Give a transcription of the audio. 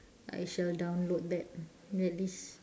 I shall download that that list